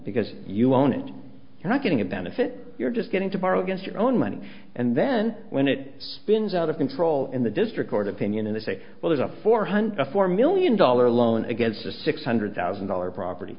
because you own it you're not getting a benefit you're just getting to borrow against your own money and then when it spins out of control in the district court opinion and they say well it's a four hundred four million dollar loan against a six hundred thousand dollars property